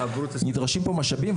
נדרשים פה משאבים.